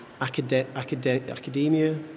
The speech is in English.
academia